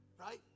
Right